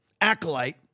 acolyte